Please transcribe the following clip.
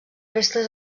restes